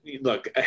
look